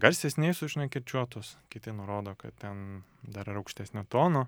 garsesniais už nekirčiuotus kiti nurodo kad ten dar ir aukštesnio tono